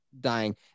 dying